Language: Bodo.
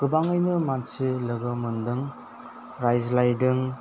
गोबाङैनो मानसि लोगो मोन्दों रायज्लायदों